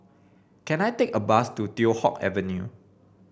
can I take a bus to Teow Hock Avenue